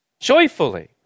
Joyfully